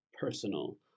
Personal